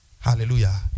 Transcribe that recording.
hallelujah